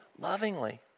lovingly